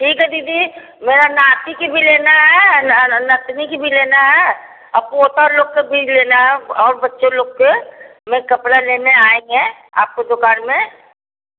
ठीक है दीदी मेरा नाती के भी लेना है और न नतनी की भी लेना है और पोता लोग के भी लेना है और बच्चे लोग के मैं कपड़ा लेने आएँगे आपके दुकान में